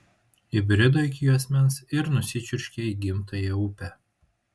įbrido iki juosmens ir nusičiurškė į gimtąją upę